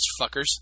fuckers